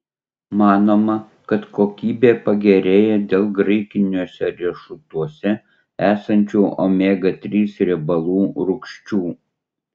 manoma kad kokybė pagerėja dėl graikiniuose riešutuose esančių omega trys riebalų rūgščių